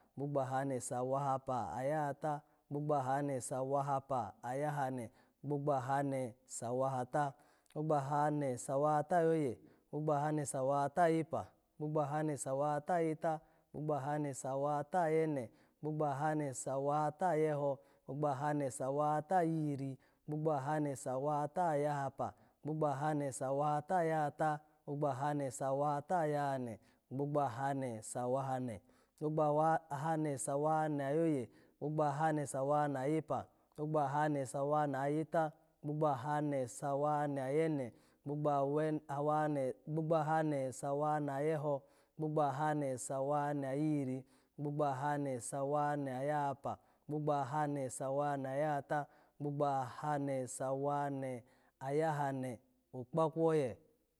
Gbogbo ahane sawahapa ayahata, gbogbo ahane sawahapa ayahane, gbogbo ahane sawahata, gbogbo ahane sawahata ayoye, gbogbo ahane sawahata ayepa, gbogbo ahane sawahata ayeta, gbogbo ahane sawahata ayene, gbogbo ahane sawahata ayeho, gbogbo ahane sawahata ayihiri, gbogbo ahane sawahata ayahapa, gbogbo ahane sawahata ayahata, gbogbo ahane sawahata ayahane, gbogbo ahane sawahane, gbogbo awahan-ahane sawahane ayoye, gbogbo ahane sawahane ayape, gbogbo ahane sawahane ayeta, gbogbo ahane sawahane ayene, gbogbo awen-awahane-gbogbo ahane sawahane ayeho, gbogbo ahane sawahane ayihiri, gbogbo ahane sawahane ayahapa, gbogbo ahane sawahane ayahata, gbogbo ahane sawahane ayahane, okpakwu oye.